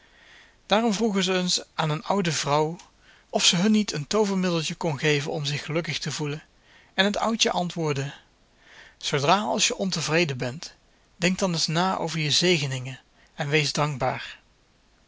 daarom vroegen ze eens aan een oude vrouw of ze hun niet een toovermiddeltje kon geven om zich gelukkig te voelen en het oudje antwoordde zoodra als je ontevreden bent denk dan eens na over je zegeningen en weest dankbaar